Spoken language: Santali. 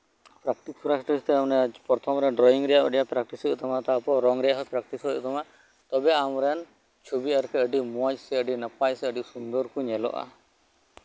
ᱛᱚᱵᱮ ᱯᱨᱮᱠᱴᱤᱥ ᱯᱨᱮᱠᱴᱤᱥ ᱛᱮ ᱯᱨᱚᱛᱷᱚᱢ ᱨᱮ ᱟᱹᱰᱤ ᱟᱸᱴ ᱰᱨᱚᱭᱤᱝ ᱨᱮᱭᱟᱜ ᱯᱨᱮᱠᱴᱤᱥ ᱦᱩᱭᱩᱜ ᱛᱟᱢᱟ ᱛᱟᱨᱯᱚᱨ ᱨᱚᱝ ᱨᱮᱭᱟᱜ ᱦᱚᱸ ᱯᱨᱮᱠᱴᱤᱥ ᱦᱩᱭᱩᱜ ᱛᱟᱢᱟ ᱛᱚᱵᱮ ᱟᱢ ᱨᱮᱱ ᱪᱷᱚᱵᱤ ᱟᱹᱰᱤ ᱢᱸᱡ ᱥᱮ ᱟᱹᱰᱤ ᱱᱟᱯᱟᱭ ᱥᱮ ᱟᱹᱰᱤ ᱥᱩᱱᱫᱚᱨ ᱠᱚ ᱧᱮᱞᱚᱜᱼᱟ